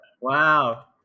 Wow